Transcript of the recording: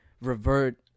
revert